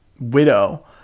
widow